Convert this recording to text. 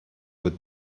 would